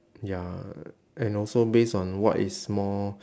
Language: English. ya and also based on what is more